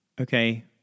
Okay